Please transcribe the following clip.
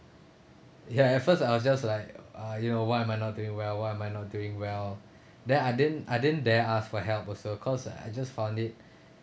ya at first I was just like uh you know why am I not doing well why am I not doing well then I didn't I didn't dare ask for help also cause I I just found it